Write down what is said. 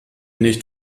nicht